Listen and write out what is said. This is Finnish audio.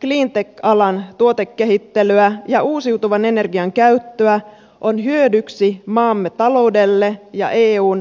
cleantech alan tuotekehittelyä ja uusiutuvan energian käyttöä on hyödyksi maamme taloudelle ja eun kilpailukyvylle